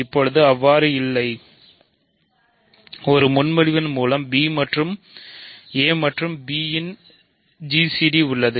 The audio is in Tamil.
இப்போது அவ்வாறு இல்லை ஒரு முன்மொழிவின் மூலம் b மற்றும் a மற்றும் b இன் gcd உள்ளது